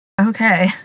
Okay